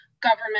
government